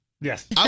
Yes